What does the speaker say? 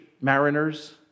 mariners